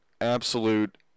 Absolute